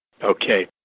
Okay